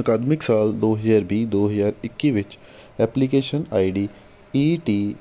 ਅਕਾਦਮਿਕ ਸਾਲ ਦੋ ਹਜ਼ਾਰ ਵੀਹ ਦੋ ਹਜ਼ਾਰ ਇੱਕੀ ਵਿੱਚ application I D E T